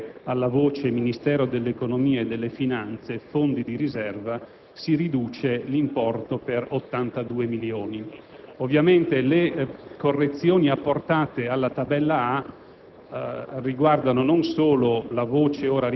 alla Tabella C, sempre alla voce Ministero dell'economia e delle finanze - Fondi di riserva, si riduce l'importo per 82 milioni. Ovviamente, le correzioni apportate alla Tabella A